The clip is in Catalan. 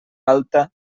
alta